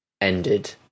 ended